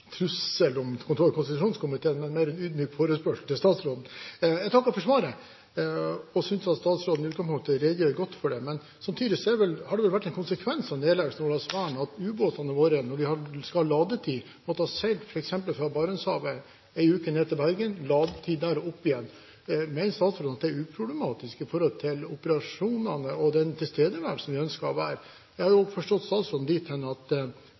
trussel om kontroll- og konstitusjonskomiteen, men mer en ydmyk forespørsel til statsråden. Jeg takker for svaret og synes at statsråden i utgangspunktet redegjør godt for saken. Men samtidig har det vel vært en konsekvens av nedleggelsen av Olavsvern at ubåtene våre, når de skal ha ladetid, har måttet seile f.eks. fra Barentshavet og ned til Bergen, som tar en uke, med ladetid der, og opp igjen. Mener statsråden at det er uproblematisk i forhold til operasjonene og den tilstedeværelsen man ønsker? Jeg har jo forstått statsråden dit hen at